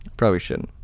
probably shouldn't.